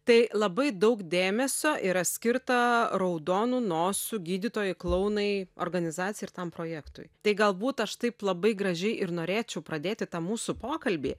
tai labai daug dėmesio yra skirta raudonų nosių gydytojai klounai organizacijai ir tam projektui tai galbūt aš taip labai gražiai ir norėčiau pradėti tą mūsų pokalbį